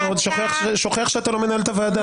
אתה שוכח שאתה לא מנהל את הוועדה.